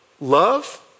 love